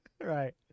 Right